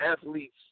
athletes